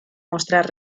mostrar